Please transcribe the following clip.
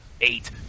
Eight